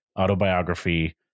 autobiography